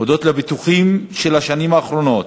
הודות לפיתוחים של השנים האחרונות,